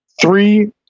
three